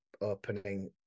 opening